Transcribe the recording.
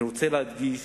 אני רוצה להדגיש